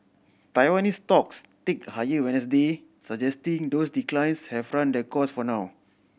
Taiwanese stocks ticked higher Wednesday suggesting those declines have run their course for now